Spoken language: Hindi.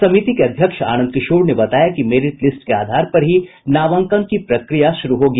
समिति के अध्यक्ष आनंद किशोर ने बताया कि मेरिट लिस्ट के आधार पर ही नामांकन की प्रक्रिया शुरू होगी